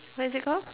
what is it call